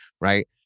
right